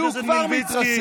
כי הוא כבר מתרסק,